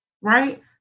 right